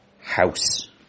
house